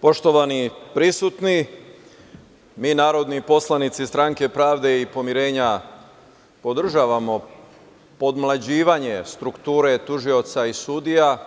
Poštovani prisutni, mi narodni poslanici Stranke i pomirenja podržavamo podmlađivanje strukture tužioca i sudija